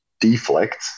deflect